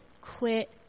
quit